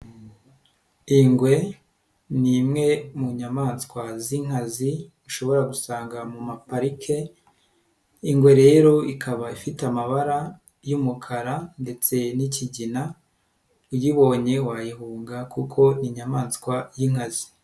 Ingwe ni imwe mu nyamaswa z'inkazi, ushobora gusanga mu maparike, ingwe rero ikaba ifite amabara y'umukara ndetse n'ikigina, uyibonye wayihunga kuko ni inyamaswa y'inkazi.